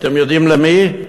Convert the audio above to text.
אתם יודעים למי?